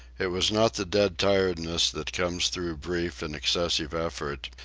it was not the dead-tiredness that comes through brief and excessive effort,